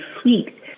sweet